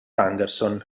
anderson